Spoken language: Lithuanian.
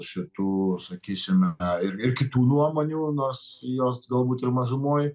šitų sakysime ir ir kitų nuomonių nors jos galbūt ir mažumoj